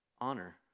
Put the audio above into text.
honor